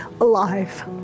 alive